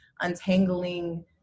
untangling